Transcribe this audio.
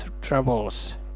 troubles